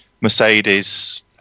Mercedes